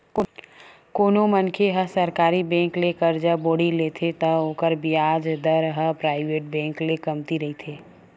कोनो मनखे ह सरकारी बेंक ले करजा बोड़ी लेथे त ओखर बियाज दर ह पराइवेट बेंक ले कमती रहिथे